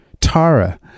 Tara